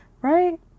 right